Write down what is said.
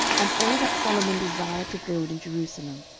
and all that solomon desired to build in jerusalem,